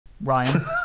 ryan